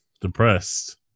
depressed